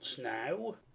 now